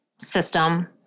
system